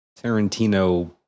Tarantino